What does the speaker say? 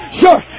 sure